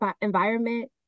environment